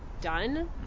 done